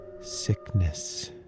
sickness